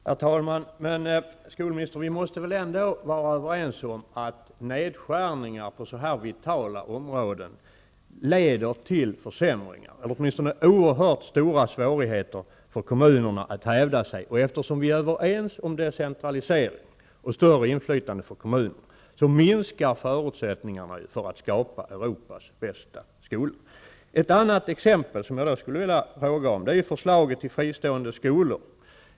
Herr talman! Vi måste väl ändå vara överens om, skolministern, att nedskärningar på sådana vitala områden leder till försämringar, eller åtminstone oerhört stora svårigheter för kommunerna att hävda sig. Eftersom vi är överens om en decentralisering och större inflytande för kommunerna, minskar ju detta förutsättningarna för att skapa Europas bästa skola. Ett annat exempel som jag vill fråga om är förslaget när det gäller fristående skolor.